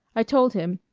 i told him